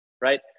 right